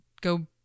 go